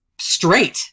straight